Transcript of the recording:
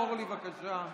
אורלי, בבקשה.